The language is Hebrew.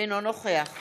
אינו נוכח